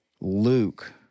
Luke